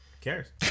cares